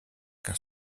qu’un